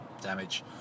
damage